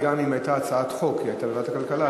גם אם הייתה הצעת חוק היא הייתה בוועדת הכלכלה,